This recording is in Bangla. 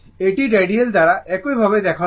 এটি রেডিয়াল দ্বারা একইভাবে দেখানো হয়